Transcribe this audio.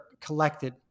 collected